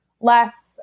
less